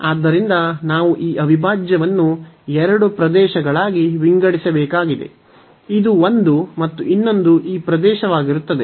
ಆದ್ದರಿಂದ ನಾವು ಈ ಅವಿಭಾಜ್ಯವನ್ನು ಎರಡು ಪ್ರದೇಶಗಳಾಗಿ ವಿಂಗಡಿಸಬೇಕಾಗಿದೆ ಇದು ಒಂದು ಮತ್ತು ಇನ್ನೊಂದು ಈ ಪ್ರದೇಶವಾಗಿರುತ್ತದೆ